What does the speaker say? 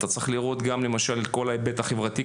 אתה צריך לראות גם את כל ההיבט החברתי,